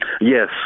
Yes